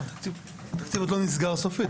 זה לא נסגר סופית,